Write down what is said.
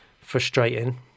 frustrating